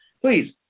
please